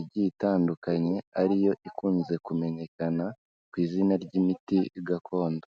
igiye itandukanye ari yo ikunze kumenyekana ku izina ry'imiti gakondo.